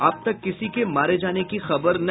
अब तक किसी के मारे जाने की खबर नहीं